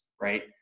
right